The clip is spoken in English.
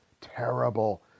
terrible